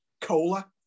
cola